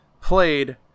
played